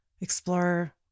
explore